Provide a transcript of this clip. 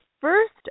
first